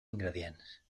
ingredients